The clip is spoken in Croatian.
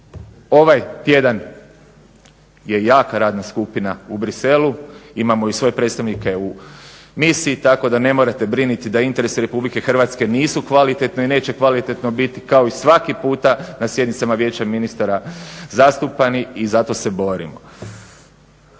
ovaj tjedan je jaka radna skupina u Bruxellesu. Imamo i svoje predstavnike u misiji tako da ne morate brinuti da interese RH nisu kvalitetno i neće kvalitetno biti kao i svaki puta na sjednicama Vijeća ministara zastupani i zato se borimo.